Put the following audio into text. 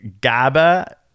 GABA